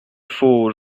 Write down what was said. faut